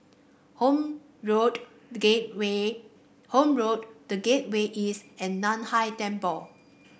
Horne Road The Gateway Horne Road The Gateway East and Nan Hai Temple